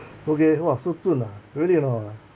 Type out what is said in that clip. okay !wah! so zhun ah really hor